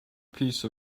piece